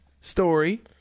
story